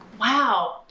wow